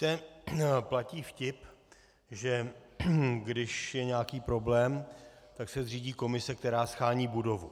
Víte, platí vtip, že když je nějaký problém, tak se zřídí komise, která shání budovu.